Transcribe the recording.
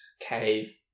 cave